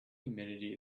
humidity